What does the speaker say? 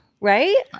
Right